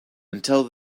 until